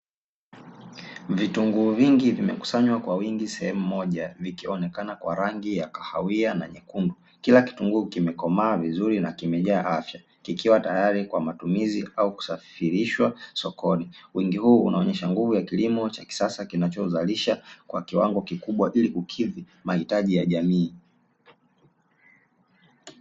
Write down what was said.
Vitunguu vingi vimekusanywa kwa wingi sehemu moja, vikionekana kwa rangi ya kahawia na nyekundu. Kila kitunguu kimekomaa vizuri na kimejaa afya, kikiwa tayari kwa matumizi au kusafirishwa sokoni. Wingi huu unaonyesha nguvu ya kilimo cha kisasa kinachozalisha kwa kiwango kikubwa ili kukidhi mahitaji ya jamii.